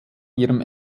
ihrem